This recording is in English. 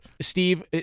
Steve